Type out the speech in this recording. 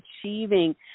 achieving